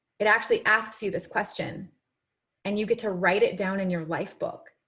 it actually asks you this question and you get to write it down in your lifebook.